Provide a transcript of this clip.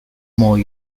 more